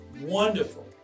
Wonderful